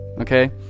Okay